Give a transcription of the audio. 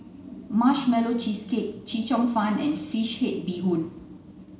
Marshmallow Cheesecake Chee Cheong fun and fish head bee hoon